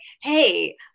hey